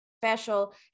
special